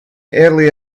early